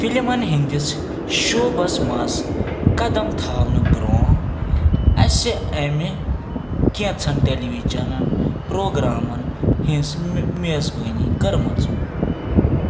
فِلمن ہٕنٛدِس شعوبس منٛز قدم تھاونہٕ برٛونٛہہ اَسہِ اَمہِ کیٚنٛژن ٹیلی ویژنن پروگرامَن ہٕنٛز میزبٲنی کٔرمٕژ